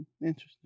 Interesting